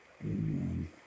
Amen